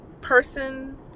person